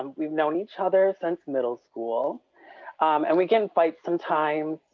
um we've known each other since middle school and we can fight some times.